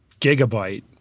gigabyte